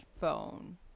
phone